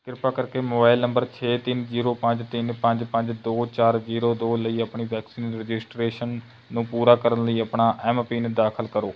ਕਿਰਪਾ ਕਰਕੇ mobile number ਛੇ ਤਿੰਨ ਜ਼ੀਰੋ ਪੰਜ ਤਿੰਨ ਪੰਜ ਪੰਜ ਦੋ ਚਾਰ ਜ਼ੀਰੋ ਦੋ ਲਈ ਆਪਣੀ ਵੈਕਸੀਨ ਰਜਿਸਟ੍ਰੇਸ਼ਨ ਨੂੰ ਪੂਰਾ ਕਰਨ ਲਈ ਆਪਣਾ ਐਮ ਪਿੰਨ ਦਾਖਲ ਕਰੋ